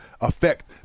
affect